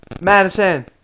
Madison